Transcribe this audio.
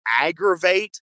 aggravate